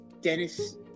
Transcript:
Dennis